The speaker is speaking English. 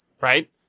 Right